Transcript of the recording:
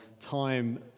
time